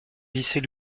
lycée